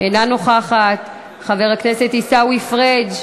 אינה נוכחת, חבר הכנסת עיסאווי פריג',